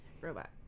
Robot